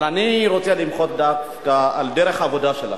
אבל אני רוצה למחות דווקא על דרך העבודה שלכם.